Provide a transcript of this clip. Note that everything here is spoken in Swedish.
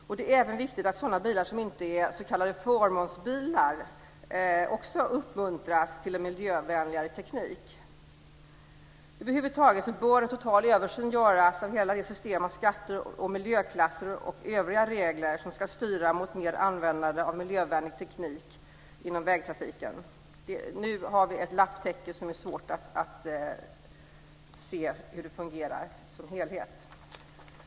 Det är även viktigt att sådana bilar som inte är s.k. förmånsbilar också uppmuntras till en miljövänligare teknik. Över huvud taget bör en total översyn göras av hela det system av skatter och miljöklasser och övriga regler som ska styra mot mer användande av miljövänlig teknik inom vägtrafiken. Nu har vi ett lapptäcke, och det är svårt att se hur det fungerar som helhet.